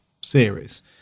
series